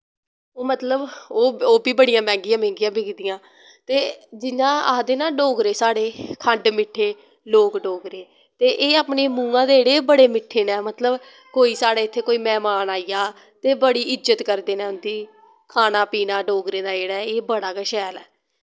ओह् मतलव ओह् ओह् बी बड़ियां मैंह्गियां मैंह्गियां बिकदियां ते जियां आखदे ना डोगरे साढ़े खण्ड मिट्ठे लोक डोगरे ते एह् जेह्ड़े अपने मुहां दे जेह्ड़े बड़े मिट्ठे नै मतलव कोई साढ़ै इत्थे मैह्मान आई जा ते बड़ी इज्जत करदे नै उंदी खाना पीना डोगरें दा जेह्ड़ा एह् बड़ा गै शैल ऐ